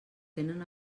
tenen